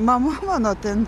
mama mano ten